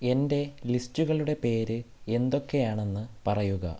എൻ്റെ ലിസ്റ്റുകളുടെ പേര് എന്തൊക്കെയാണെന്ന് പറയുക